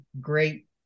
great